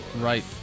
Right